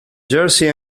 jersey